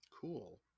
Cool